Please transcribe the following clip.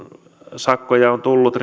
rikesakkoja on tullut